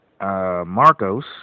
Marcos